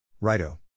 Righto